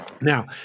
Now